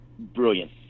brilliant